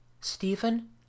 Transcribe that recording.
Stephen